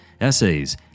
essays